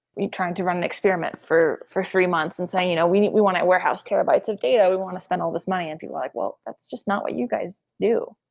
trying to run an experiment for for three months and saying, you know we we want a warehouse terabytes of data. we want to spend all this money. and people are like, well, that's just not what you guys do.